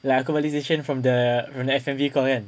like accomodation from the from the F_M_G kau kan